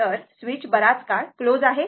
तर स्विच बराच काळ क्लोज आहे